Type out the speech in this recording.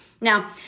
Now